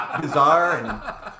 bizarre